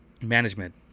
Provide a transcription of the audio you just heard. management